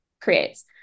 creates